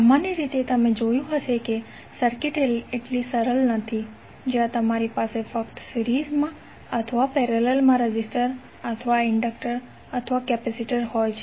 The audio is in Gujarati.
સામાન્ય રીતે તમે જોયું હશે કે સર્કિટ એટલી સરળ નથી જ્યાં તમારી પાસે ફક્ત સિરીઝ માં અથવા પેરેલલ માં રેઝિસ્ટર અથવા ઇન્ડક્ટર અથવા કેપેસિટર હોય છે